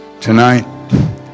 tonight